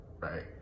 Right